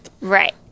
Right